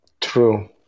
True